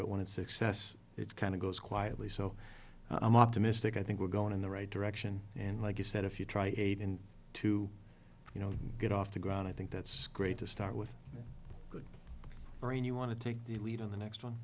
but when it's success it kind of goes quietly so i'm optimistic i think we're going in the right direction and like you said if you try eight and two you know get off the ground i think that's great to start with brain you want to take the lead on the next one